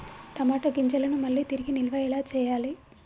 టమాట గింజలను మళ్ళీ తిరిగి నిల్వ ఎలా చేయాలి?